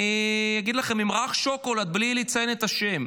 אני אגיד לכם, ממרח שוקולד, בלי לציין את השם,